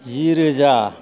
जि रोजा